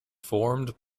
formed